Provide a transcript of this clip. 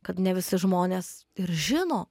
kad ne visi žmonės ir žino